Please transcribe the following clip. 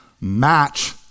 match